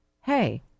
hey